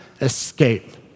escape